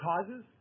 causes